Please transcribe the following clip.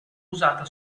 usata